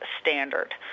standard